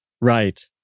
Right